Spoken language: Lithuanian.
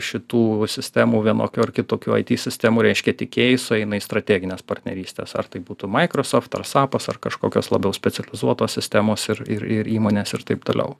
šitų sistemų vienokių ar kitokių it sistemų reiškia tiekėjai sueina į strategines partnerystes ar tai būtų microsoft ar sapas ar kažkokios labiau specializuotos sistemos ir ir ir įmonės ir taip toliau